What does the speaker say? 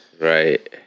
right